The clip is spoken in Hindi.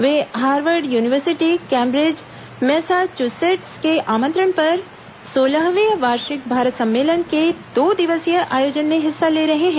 वे हार्वर्ड यूनिवर्सिटी कैम्ब्रिज मैसाचुसेट्स के आमंत्रण पर सोलहवे वार्षिक भारत सम्मेलन के दो दिवसीय आयोजन में हिस्सा ले रहे हैं